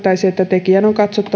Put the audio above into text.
tekijän